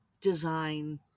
design